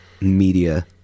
media